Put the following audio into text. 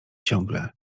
ciągle